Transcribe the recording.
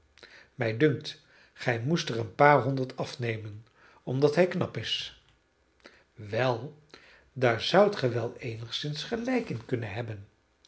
mij dunkt gij moest er een paar honderd afnemen omdat hij knap is wel daar zoudt ge wel eenigszins gelijk in kunnen hebben